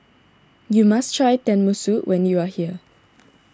you must try Tenmusu when you are here